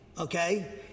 okay